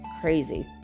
Crazy